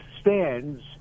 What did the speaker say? stands